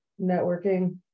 networking